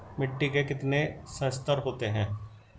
मिट्टी के कितने संस्तर होते हैं?